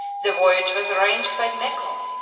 the voyage was arranged by neco,